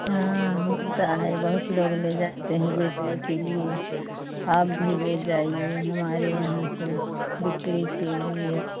हाँ मिलती है बहुत लोग ले जाते हैं बेचने के लिए आप भी ले जाइए हमारे यहाँ से बिक्री के लिए